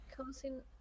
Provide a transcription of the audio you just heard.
causing